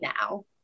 now